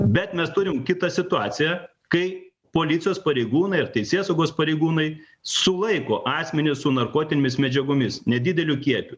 bet mes turim kitą situaciją kai policijos pareigūnai ar teisėsaugos pareigūnai sulaiko asmenį su narkotinėmis medžiagomis nedideliu kiekiu